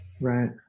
Right